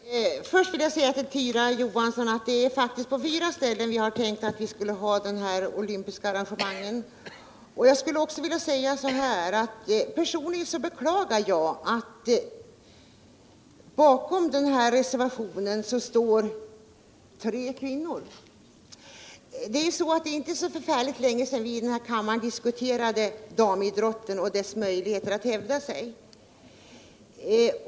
Herr talman! Först vill jag säga till Tyra Johansson att vi har tänkt anordna de olympiska vinterspelen på fyra olika platser. Personligen beklagar jag alt det är tre kvinnor som står bakom den här reservationen. Det är inte så kinge sedan vi i denna kammare diskuterade damidrotten och dess möjligheter att hävda sig.